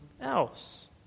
else